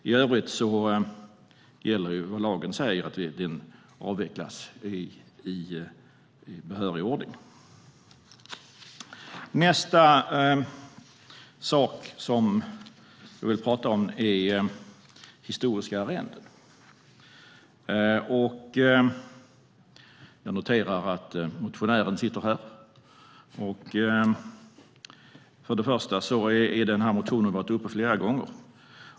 I övrigt gäller det som lagen säger, att de avvecklas i behörig ordning. Jag ska också säga något om historiska arrenden. Jag noterar att motionären finns här i salen. Motionen har varit uppe flera gånger.